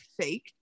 fake